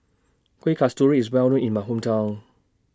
Kuih Kasturi IS Well known in My Hometown